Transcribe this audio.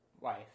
wife